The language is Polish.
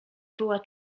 była